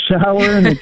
shower